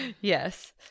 Yes